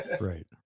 Right